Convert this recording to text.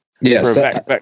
Yes